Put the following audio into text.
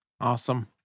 Awesome